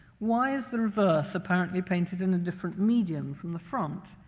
why is the reverse apparently painted in a different medium from the front?